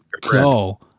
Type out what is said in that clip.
go